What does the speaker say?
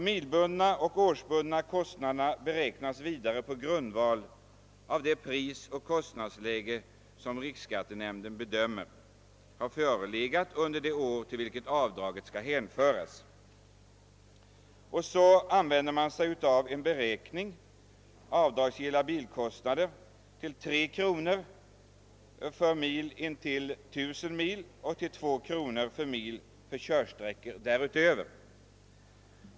Milbundna och årsbundna kostnader beräknas på grundval av det prisoch kostnadsläge som riksskattenämnden bedömer ha förelegat under det år till vilket avdraget skall hänföras. Enligt den principen kan den avdragsgilla bilkostnaden i dagens läge beräknas till 3 kronor per mil intill 1 000 mil per år och till 2 kronor per mil för körsträckor därutöver.